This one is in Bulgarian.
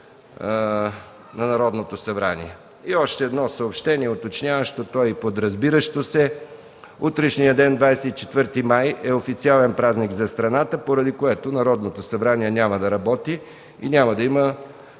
на Народното събрание. И още едно съобщение, което е уточняващо, то е и подразбиращо се: Утрешният ден, 24 май, е официален празник за страната, поради което Народното събрание няма да работи и няма да има